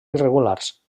irregulars